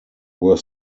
were